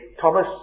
Thomas